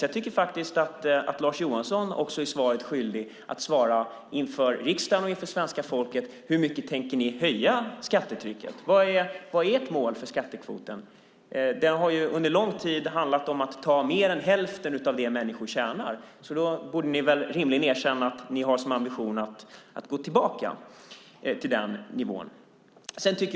Jag tycker faktiskt att Lars Johansson är svaret skyldig inför riksdagen och inför svenska folket: Hur mycket tänker ni höja skattetrycket? Vad är ert mål för skattekvoten? Det har under lång tid handlat om att ta mer än hälften av det som människor tjänar. Då borde ni rimligen erkänna att ni har som ambition att gå tillbaka till den nivån. Fru talman!